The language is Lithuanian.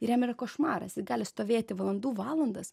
ir jam yra košmaras jis gali stovėti valandų valandas